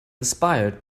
inspired